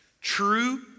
True